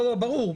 לא, ברור.